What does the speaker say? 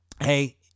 Hey